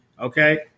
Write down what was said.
okay